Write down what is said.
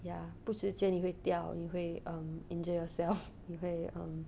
ya 不直接你会掉你会 um injure yourself 你会 um